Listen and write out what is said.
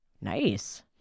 Nice